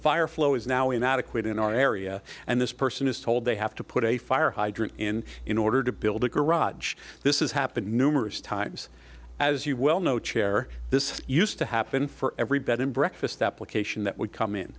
fire flow is now inadequate in our area and this person is told they have to put a fire hydrant in in order to build a garage this is happened numerous times as you well know chair this used to happen for every bed and breakfast that placation that would come in